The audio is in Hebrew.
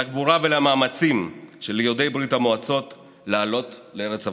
לגבורה ולמאמצים של יהודי ברית המועצות לעלות לארץ אבותיהם,